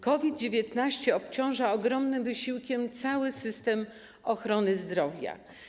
COVID-19 obciąża ogromnym wysiłkiem cały system ochrony zdrowia.